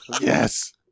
yes